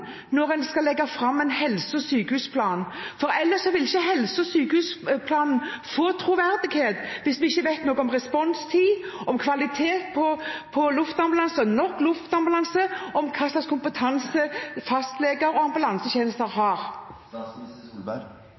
når en skal legge fram en helse- og sykehusplan? Ellers vil ikke helse- og sykehusplanen få troverdighet, hvis vi ikke vet noe om responstid, om kvaliteten og kapasiteten til luftambulansen, og om kva slags kompetanse fastleger og ambulansetjenester har.